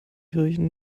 kirchen